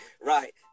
Right